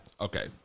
okay